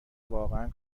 واقعا